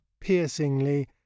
piercingly